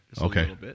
Okay